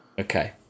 Okay